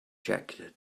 jack